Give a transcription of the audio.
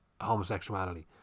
homosexuality